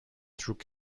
through